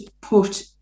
put